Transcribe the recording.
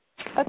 Okay